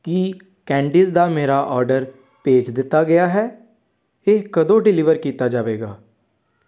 ਕੀ candies ਦਾ ਮੇਰਾ order ਭੇਜ ਦਿੱਤਾ ਗਿਆ ਹੈ ਇਹ ਕਦੋਂ ਡਿਲੀਵਰ ਕੀਤਾ ਜਾਵੇਗਾ